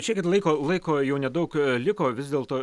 žiūrėkit laiko laiko jau nedaug liko vis dėlto